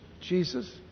Jesus